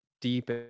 deep